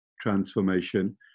transformation